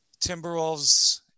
Timberwolves